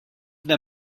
the